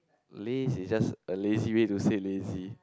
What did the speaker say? laze is just a lazy way to say lazy